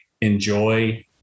enjoy